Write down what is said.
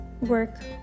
work